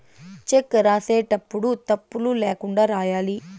check రాసేటప్పుడు తప్పులు ల్యాకుండా రాయాలి